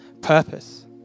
purpose